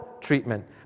treatment